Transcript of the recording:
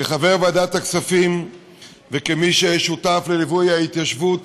כחבר ועדת הכספים וכמי ששותף לליווי ההתיישבות